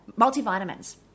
multivitamins